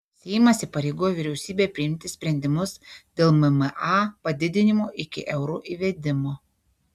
seimas įpareigojo vyriausybę priimti sprendimus dėl mma padidinimo iki euro įvedimo